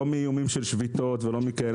לא מאיומים של שביתות ולא מדברים כאלה.